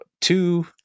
two